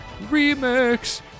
remix